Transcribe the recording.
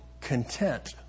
content